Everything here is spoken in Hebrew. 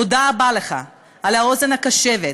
תודה רבה לך על האוזן הקשבת,